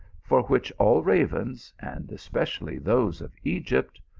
for which all ravens, and especially those of egypt,